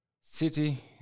City